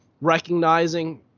recognizing